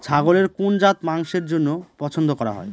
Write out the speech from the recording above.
ছাগলের কোন জাত মাংসের জন্য পছন্দ করা হয়?